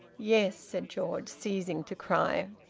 yes, said george, ceasing to cry.